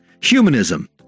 humanism